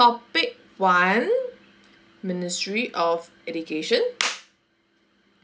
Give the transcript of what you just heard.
topic one ministry of education